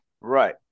Right